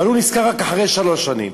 אבל הוא נזכר רק אחרי שלוש שנים.